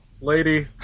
lady